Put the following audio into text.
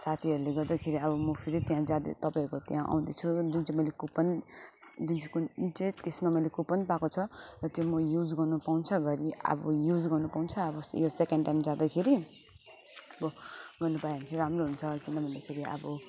साथीहरूले गर्दाखेरि अब म फेरि त्यहाँ जाँदै तपाईँहरूको त्यहाँ आउँदैछु जुन चाहिँ मैले कुपन जुन चाहिँ कुन जुन चाहिँ त्यसमा मैले कुपन पाएको छ र त्यो म युज गर्नु पाउँछ घरि अब युज गर्नु पाउँछ अब यो सेकेन्ड टाइम जाँदाखेरि अब गर्नु पायो भने चाहिँ राम्रो हुन्छ किन भन्दाखेरि अब